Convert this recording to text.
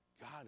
God